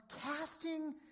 casting